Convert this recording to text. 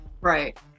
right